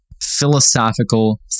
philosophical